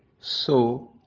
so